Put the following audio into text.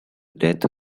death